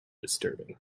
disturbing